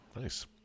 Nice